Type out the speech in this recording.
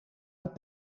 het